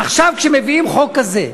עכשיו כשמביאים חוק כזה,